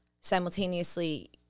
Simultaneously